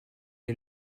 est